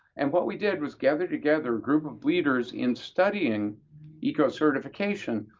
and what we did was gather together a group of leaders in studying ecocertification,